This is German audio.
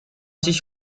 sich